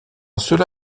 cela